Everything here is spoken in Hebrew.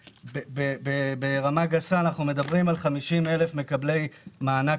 בחלוקה גסה מדובר על 50,000 מקבלי מענק